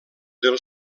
del